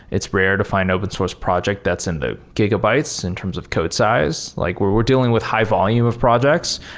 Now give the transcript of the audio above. it's rare to find open source project that's in the gigabytes in terms of code size. like we're we're dealing with high-volume of projects,